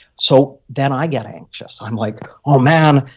so then, i get anxious. i'm like, oh, man.